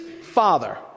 father